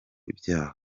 ibyaha